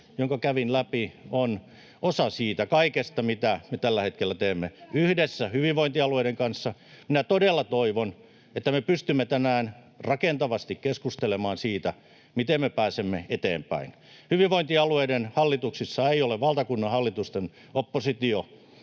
jonka kävin läpi, on osa siitä kaikesta, mitä me tällä hetkellä teemme yhdessä hyvinvointialueiden kanssa. Minä todella toivon, että me pystymme tänään rakentavasti keskustelemaan siitä, miten me pääsemme eteenpäin. Hyvinvointialueiden hallituksissa ei ole valtakunnan hallitusten